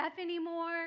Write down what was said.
anymore